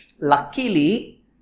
luckily